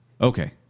Okay